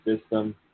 system